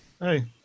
Hey